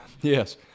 Yes